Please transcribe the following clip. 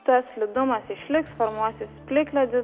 tas slidumas išliks formuosis plikledis